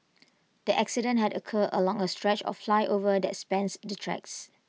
the accident had occurred along A stretch of flyover that spans the tracks